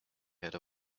heard